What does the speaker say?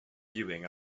viewing